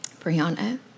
Brianna